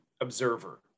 observer